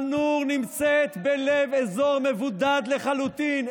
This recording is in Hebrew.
הרב עובדיה התנגד להתנתקות --- שא-נור נמצאת בלב אזור מבודד לחלוטין,